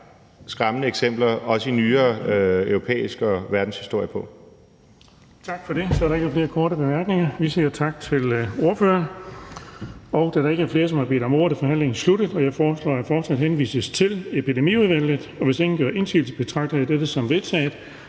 skræmmende eksempler på, også i nyere europæisk historie og i verdenshistorien.